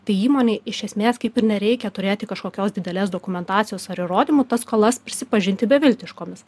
tai įmonei iš esmės kaip ir nereikia turėti kažkokios didelės dokumentacijos ar įrodymų tas skolas prisipažinti beviltiškomis